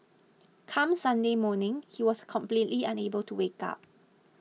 come Sunday morning he was completely unable to wake up